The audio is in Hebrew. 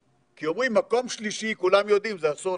כי אומרים מקום שלישי כולם יודעים, זה הסולר,